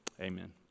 amen